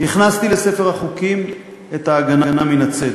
הכנסתי לספר החוקים את ההגנה מן הצדק,